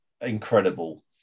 incredible